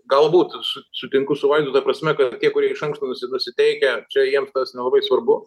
galbūt su sutinku su vaidu ta prasme kad tie kurie iš anksto nusi nusiteikę čia jiems tas nelabai svarbu